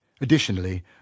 Additionally